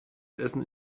essen